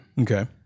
Okay